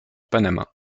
panama